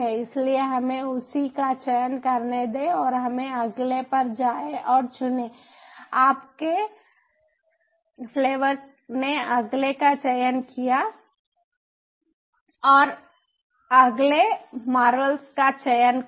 इसलिए हमें उसी का चयन करने दें और हमें अगले पर जाएं और चुनें आपके फ्लेवर ने अगले का चयन किया और अगले मार्वल्स का चयन करें